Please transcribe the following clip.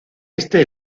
este